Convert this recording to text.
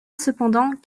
cependant